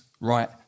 right